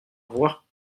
voir